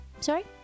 sorry